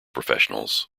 professionals